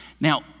Now